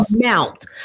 amount